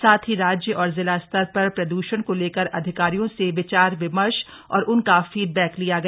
साथ ही राज्य और जिला स्तर पर प्रदूषण को लेकर अधिकारियों से विचार विमर्श और उनका फीडबक्क लिया गया